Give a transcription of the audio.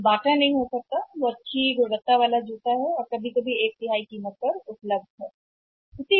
वह बाटा नहीं हो सकता है जो अच्छी गुणवत्ता वाला जूता हो और एक तिहाई समय पर उपलब्ध हो कीमत